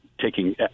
taking